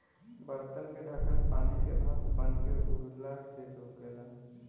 बर्तन के ढकन पानी के भाप बनके उड़ला से रोकेला